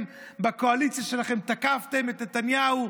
אתם בקואליציה שלכם תקפתם את נתניהו,